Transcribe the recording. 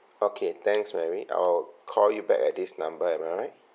okay thanks mary I'll call you back at this number am I right